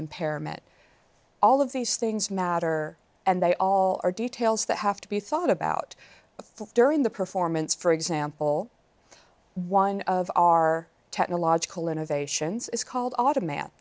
impairment all of these things matter and they all are details that have to be thought about during the performance for example one of our technological innovations is called automat